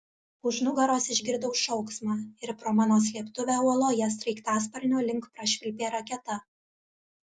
už nugaros išgirdau šauksmą ir pro mano slėptuvę uoloje sraigtasparnio link prašvilpė raketa